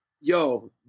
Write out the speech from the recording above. Yo